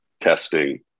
testing